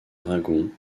dragon